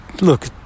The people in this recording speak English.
look